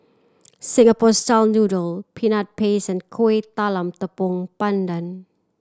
Singapore style noodle Peanut Paste and Kuih Talam Tepong Pandan